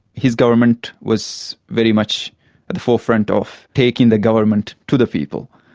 his government was very much at the forefront of taking the government to the people.